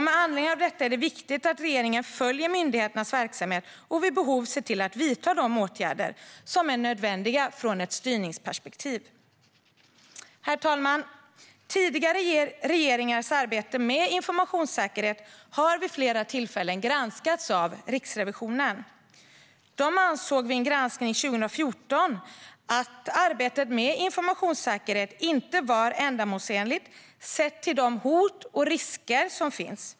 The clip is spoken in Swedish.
Med anledning av detta är det viktigt att regeringen följer myndigheternas verksamhet och vid behov ser till att vidta de åtgärder som är nödvändiga ur ett styrningsperspektiv. Herr talman! Tidigare regeringars arbete med informationssäkerhet har vid flera tillfällen granskats av Riksrevisionen. Riksrevisionen ansåg vid en granskning 2014 att arbetet med informationssäkerhet inte var ändamålsenligt, sett till de hot och risker som finns.